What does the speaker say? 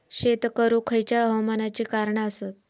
शेत करुक खयच्या हवामानाची कारणा आसत?